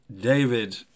David